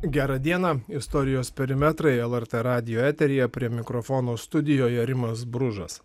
gerą dieną istorijos perimetrai lrt radijo eteryje prie mikrofono studijoje rimas bružas